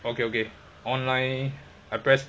okay okay online I press